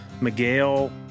Miguel